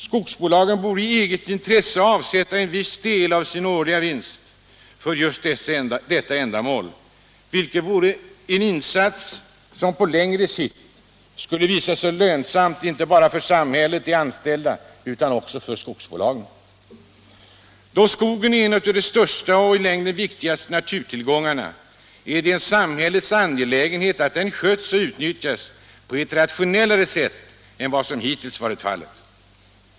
Skogsbolagen borde i eget intresse avsätta en viss del av sin årliga vinst för just detta ändamål, vilket vore en insats som på längre sikt skulle visa sig synnerligen lönsam, inte bara för samhället och de anställda utan också för skogsbolagen. Då skogen är en av Sveriges största och i längden viktigaste naturtillgångar, är det en samhällelig angelägenhet att den sköts och utnyttjas på ett rationellare sätt än vad som hittills varit fallet.